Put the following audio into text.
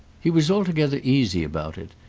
he was altogether easy about it,